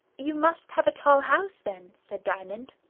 you must have a tall house, then, said diamond.